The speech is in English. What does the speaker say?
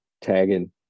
tagging